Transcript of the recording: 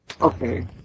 Okay